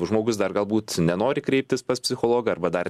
žmogus dar galbūt nenori kreiptis pas psichologą arba dar